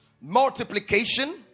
multiplication